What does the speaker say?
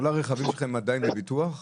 כל הרכבים שלכם עדיין לביטוח?